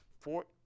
Fort